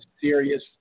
serious –